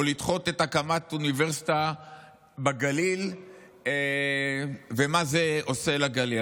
לדחות את הקמת האוניברסיטה בגליל ומה זה עושה לגליל.